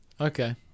Okay